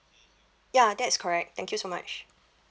ya that is correct thank you so much